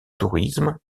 tourisme